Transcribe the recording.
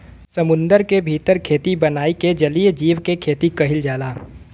समुंदर के भीतर खेती बनाई के जलीय जीव के खेती कईल जाला